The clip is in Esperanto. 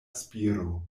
spiro